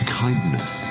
kindness